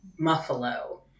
muffalo